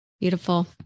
Beautiful